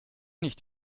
nicht